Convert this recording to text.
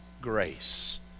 grace